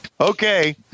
Okay